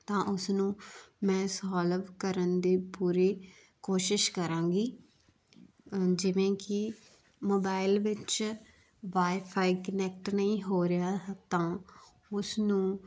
ਤਾਂ ਉਸ ਨੂੰ ਮੈਂ ਸੋਲਵ ਕਰਨ ਦੇ ਪੂਰੀ ਕੋਸ਼ਿਸ਼ ਕਰਾਂਗੀ ਜਿਵੇਂ ਕਿ ਮੋਬਾਈਲ ਵਿੱਚ ਬਾਈਫਾਈ ਕਨੈਕਟ ਨਹੀਂ ਹੋ ਰਿਹਾ ਤਾਂ ਉਸ ਨੂੰ